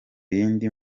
yindi